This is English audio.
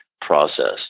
process